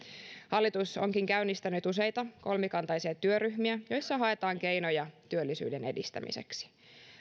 hallitus onkin käynnistänyt useita kolmikantaisia työryhmiä joissa haetaan keinoja työllisyyden edistämiseksi